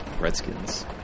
Redskins